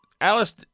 alice